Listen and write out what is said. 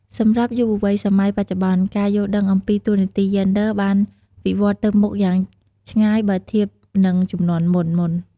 សម្រាប់យុវវ័យសម័យបច្ចុប្បន្ន ការយល់ដឹងអំពី តួនាទីយេនឌ័រ បានវិវត្តន៍ទៅមុខយ៉ាងឆ្ងាយបើធៀបនឹងជំនាន់មុនៗ។